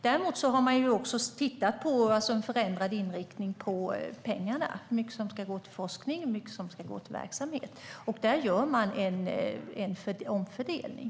Däremot har man också tittat på en förändrad inriktning på pengarna, alltså hur mycket som ska gå till forskning och hur mycket som ska gå till verksamhet. Där gör man en omfördelning.